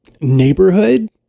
neighborhood